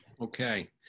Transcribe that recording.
Okay